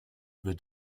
wird